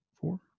four